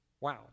wow